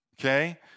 okay